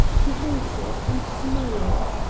he halted and smiled.